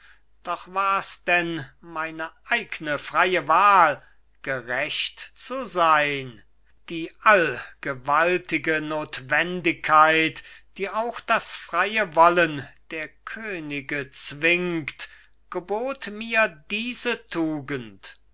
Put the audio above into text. doch war's denn meine eigne freie wahl gerecht zu sein die allgewaltige notwendigkeit die auch das freie wollen der könige zwingt gebot mir diese tugend